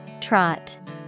Trot